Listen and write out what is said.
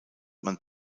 man